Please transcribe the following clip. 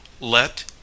LET